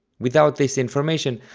without this information,